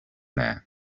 there